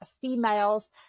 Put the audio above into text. females